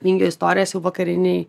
vingio istorijas jau vakarinei